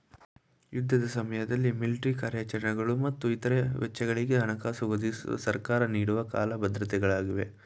ಯುದ್ಧದ ಸಮಯದಲ್ಲಿ ಮಿಲಿಟ್ರಿ ಕಾರ್ಯಾಚರಣೆಗಳು ಮತ್ತು ಇತ್ರ ವೆಚ್ಚಗಳಿಗೆ ಹಣಕಾಸು ಒದಗಿಸುವ ಸರ್ಕಾರ ನೀಡುವ ಕಾಲ ಭದ್ರತೆ ಗಳಾಗಿವೆ